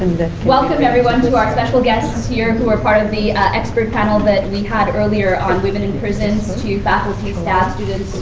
welcome everyone to our special guests here, who are part of the expert panel that we had earlier on women in prison to faculty, staff, students,